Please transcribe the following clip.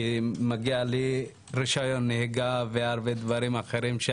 כי מגיע לי רשיון נהיגה ודברים אחרים רבים